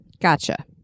Gotcha